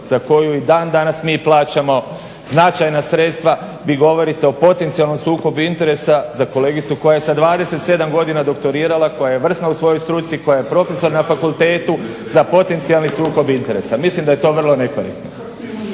za koju i dan danas mi plaćamo značajna sredstva. Vi govorite o potencijalnom sukobu interesa za kolegicu koja je sa 27 godina doktorirala, koja je vrsna u svojoj struci, koja je profesor na fakultetu za potencijalni sukob interesa. Mislim da je to vrlo nekorektno.